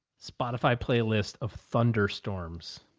spotify, playlist of thunder storms.